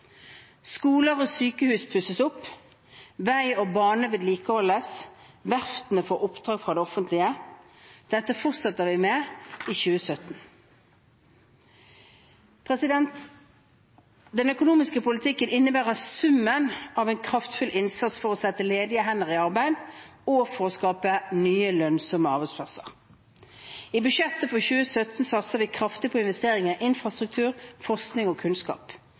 Skoler og sykehus pusses opp, vei og bane vedlikeholdes, og verftene får oppdrag fra det offentlige. Dette fortsetter vi med i 2017. Den økonomiske politikken er summen av en kraftfull innsats for å sette ledige hender i arbeid og for å skape nye, lønnsomme arbeidsplasser. I budsjettet for 2017 satser vi kraftig på investeringer i infrastruktur, forskning og kunnskap.